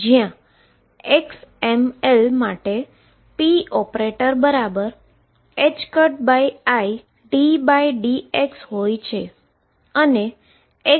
જ્યાં xml માટે p operator બરાબર iddx હોય છે